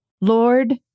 Lord